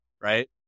right